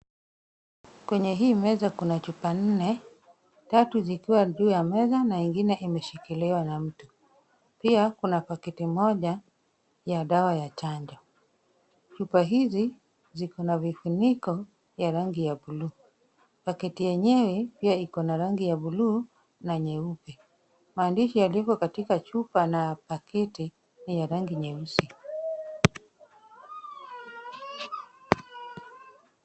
Kwenye hii meza kuna chupa nne, tatu zikiwa juu ya meza na ingine imeshikiliwa na mtu. Pia kuna pakiti moja ya dawa ya chanjo. Chupa hizi zikona vifuniko vya rangi ya buluu. Pakiti yenyewe pia ikona rangi ya buluu na nyeupe. Maandishi yaliko katika chupa na pakiti ni ya rangi nyeusi.